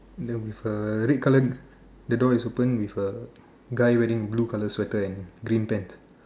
that with a red color the door is open with a guy wearing blue color sweater and green pants